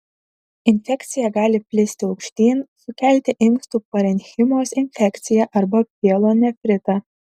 infekcija gali plisti aukštyn sukelti inkstų parenchimos infekciją arba pielonefritą